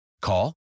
Call